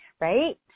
right